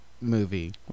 movie